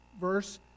Verse